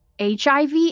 HIV